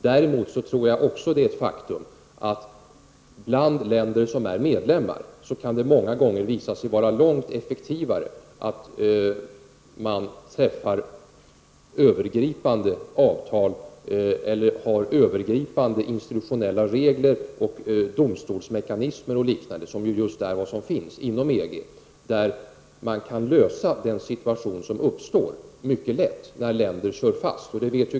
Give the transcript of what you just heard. Däremot är det ett faktum att det många gånger bland länder som är medlemmar kan visa sig vara långt effektivare att träffa övergripande avtal eller att ha övergripande institutionella regler och domstolsmekanismer och annat liknande som finns inom EG. Då kan man mycket lätt lösa de problem som uppstår när länder kör fast.